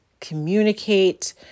communicate